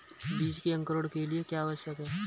बीज के अंकुरण के लिए क्या आवश्यक है?